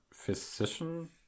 Physician